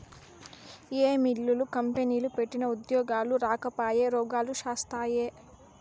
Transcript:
ఏ మిల్లులు, కంపెనీలు పెట్టినా ఉద్యోగాలు రాకపాయె, రోగాలు శాస్తాయే